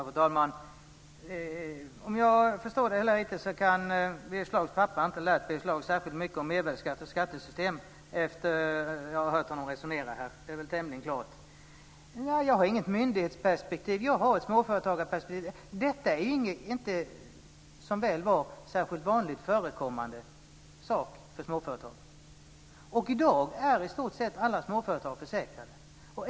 Fru talman! Efter att ha hört Birger Schlaug resonera förstår jag att hans pappa inte kan ha lärt honom särskilt mycket om mervärdesskatt och skattesystem. Det är tämligen klart. Jag har inget myndighetsperspektiv. Jag har ett småföretagarperspektiv. Detta är, som väl är, ingen ofta förekommande sak för småföretag. I dag är i stort sett alla småföretag försäkrade.